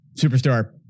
Superstar